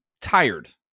tired